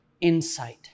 insight